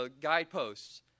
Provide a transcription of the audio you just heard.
guideposts